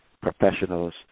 professionals